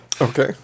Okay